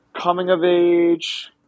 coming-of-age